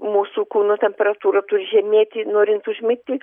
mūsų kūno temperatūra turi žemėti norint užmigti